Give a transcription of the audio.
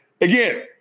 Again